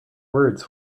words